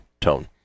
Tone